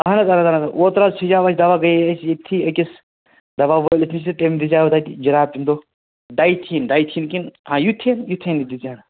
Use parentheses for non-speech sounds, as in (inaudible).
اہن حظ اہن حظ اوترٕ حظ چھِ یَوٕ اَسہِ دَوا گٔیے أسۍ ییٚتھی أکِس دَوا وٲلِس نِش تہٕ تٔمۍ دِژیٛاو تَتہِ جناب تٔمۍ (unintelligible) ڈَیتھیٖن ڈَیتھیٖن کِنہٕ آ یُتھین یُتھین دِژیٛا